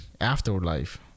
afterlife